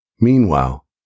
Meanwhile